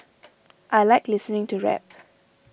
I like listening to rap